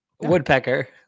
Woodpecker